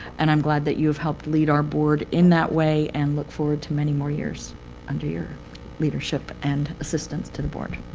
and i'm glad that you have helped lead our board in that way and look forward to many more years under your leadership and assistance to the board.